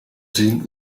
zien